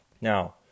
Now